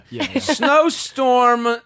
Snowstorm